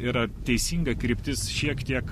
yra teisinga kryptis šiek tiek